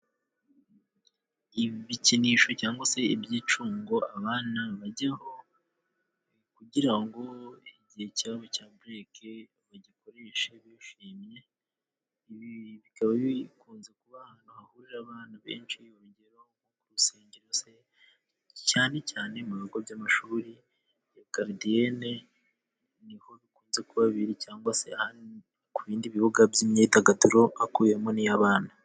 Ibikinisho cyangwa se ibyicungo abana bajyaho, kugira ngo igihe cyabo cya bureke bagikoreshe bishimye, ibi bikaba bikunze kuba ahantu hahurira abana benshi, urugero ku rusengero se, cyane cyane mu bigo by'amashuri ya garidiyene, ni ho bikunze kuba biri cyangwa se ku bindi bibuga by'imyidagaduro hakubiyemo n'iy'abana.